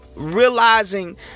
realizing